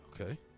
Okay